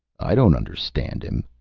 i don't understand him,